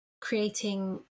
creating